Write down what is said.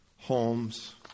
homes